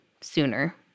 sooner